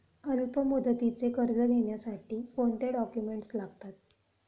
अल्पमुदतीचे कर्ज घेण्यासाठी कोणते डॉक्युमेंट्स लागतात?